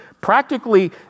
Practically